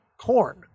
corn